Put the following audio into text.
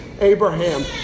Abraham